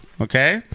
Okay